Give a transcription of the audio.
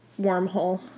wormhole